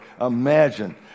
imagine